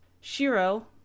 shiro